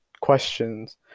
questions